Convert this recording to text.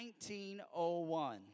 1901